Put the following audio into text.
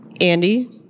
andy